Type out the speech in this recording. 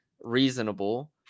reasonable